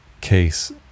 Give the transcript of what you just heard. case